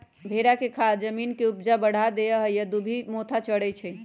भेड़ा के खाद जमीन के ऊपजा बढ़ा देहइ आ इ दुभि मोथा चरै छइ